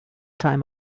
time